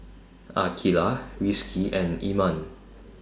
Aqeelah Rizqi and Iman